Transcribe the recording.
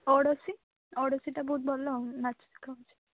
ଓଡ଼ିଶୀ ଓଡ଼ିଶୀଟା ବହୁତ ଭଲ ଆଉ ନାଚ ଶିଖା ହେଉଛି